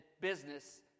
business